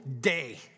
day